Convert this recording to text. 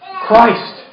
Christ